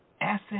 Asset